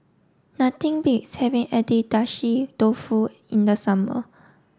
nothing beats having Agedashi Dofu in the summer